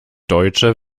deutsche